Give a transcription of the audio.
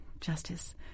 Justice